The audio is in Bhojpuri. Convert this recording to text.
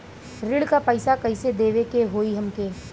ऋण का पैसा कइसे देवे के होई हमके?